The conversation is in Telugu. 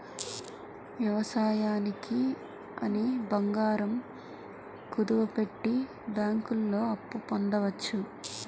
వ్యవసాయానికి అని బంగారం కుదువపెట్టి బ్యాంకుల్లో అప్పు పొందవచ్చు